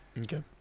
okay